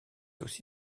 aussi